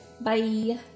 Bye